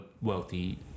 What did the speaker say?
wealthy